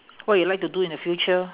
what you like to do in the future